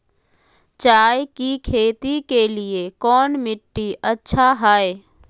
चाय की खेती के लिए कौन मिट्टी अच्छा हाय?